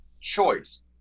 choice